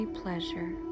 pleasure